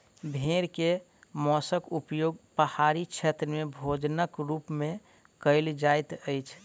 भेड़ के मौंसक उपयोग पहाड़ी क्षेत्र में भोजनक रूप में कयल जाइत अछि